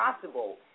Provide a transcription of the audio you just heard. possible